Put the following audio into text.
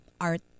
art